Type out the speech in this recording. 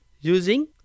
using